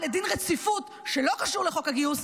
לדין רציפות שלא קשור לחוק הגיוס,